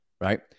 right